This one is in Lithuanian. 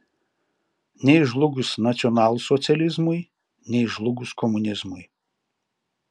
nei žlugus nacionalsocializmui nei žlugus komunizmui